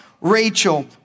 Rachel